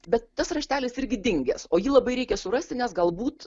bet tas raštelis irgi dingęs o jį labai reikia surasti nes galbūt